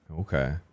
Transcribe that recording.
okay